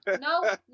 no